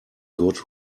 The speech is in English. good